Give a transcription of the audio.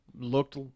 looked